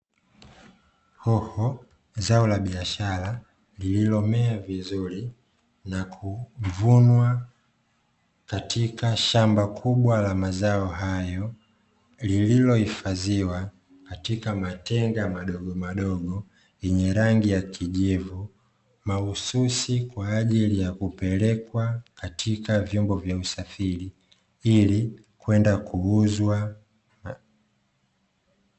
Hoho, zao la biashara lililomea vizuri na kuvunwa katika shamba kubwa la mazao hayo, lililohifadhiwa katika matenga madogo madogo yenye rangi ya kijivu mahususi kwa ajili ya kupelekwa katika vyombo vya usafiri ili kwenda kuuzwa.